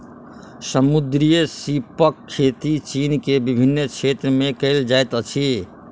समुद्री सीपक खेती चीन के विभिन्न क्षेत्र में कयल जाइत अछि